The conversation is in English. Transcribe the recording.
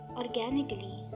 organically